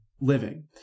living